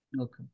Okay